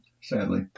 sadly